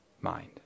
mind